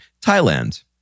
Thailand